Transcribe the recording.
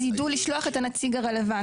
אז יידעו לשלוח את הנציג הרלוונטי.